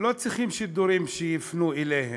לא צריכים שידורים שיפנו אליהם,